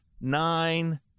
nine